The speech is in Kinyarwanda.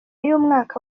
y’umwaka